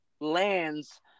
lands